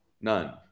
None